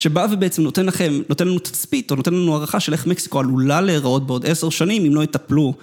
שבא ובעצם נותן לכם, נותן לנו תצפית, או נותן לנו הערכה, של איך מקסיקו עלולה להיראות בעוד עשר שנים אם לא יטפלו